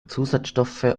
zusatzstoffe